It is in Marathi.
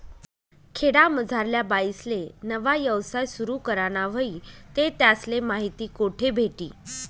खेडामझारल्या बाईसले नवा यवसाय सुरु कराना व्हयी ते त्यासले माहिती कोठे भेटी?